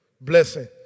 blessing